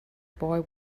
boy